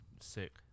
sick